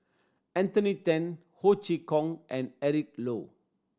Anthony Then Ho Chee Kong and Eric Low